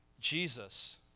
Jesus